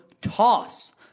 TOSS